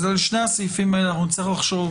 על שני הסעיפים האלה אנחנו נצטרך לחשוב,